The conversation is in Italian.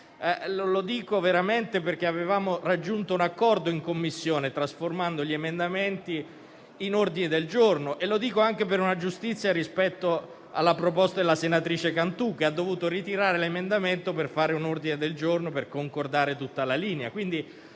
Lo dico veramente perché avevamo raggiunto un accordo in Commissione trasformando gli emendamenti in ordini del giorno, e lo dico anche per una questione di giustizia rispetto alla proposta della senatrice Cantù, che ha dovuto ritirare un emendamento per fare un ordine del giorno e concordare tutta la linea.